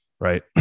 right